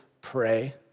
pray